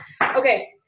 Okay